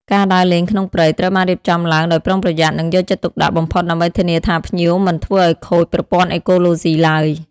ការដើរលេងក្នុងព្រៃត្រូវបានរៀបចំឡើងដោយប្រុងប្រយ័ត្ន និងយកចិត្តទុកដាក់បំផុតដើម្បីធានាថាភ្ញៀវមិនធ្វើឱ្យខូច ប្រព័ន្ធអេកូឡូស៊ី ឡើយ។